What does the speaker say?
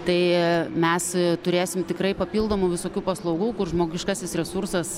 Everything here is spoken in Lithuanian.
tai mes turėsim tikrai papildomų visokių paslaugų kur žmogiškasis resursas